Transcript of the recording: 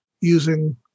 using